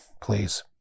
Please